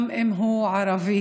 גם אם הוא ערבי.